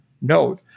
note